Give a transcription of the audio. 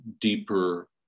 deeper